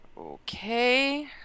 Okay